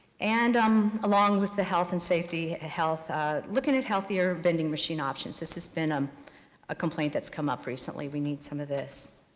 and um along with the health and safety, ah looking at healthier vending machine options, this has been um a complaint that's come up recently, we need some of this.